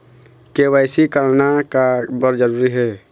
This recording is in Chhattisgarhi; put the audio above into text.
के.वाई.सी करना का बर जरूरी हे?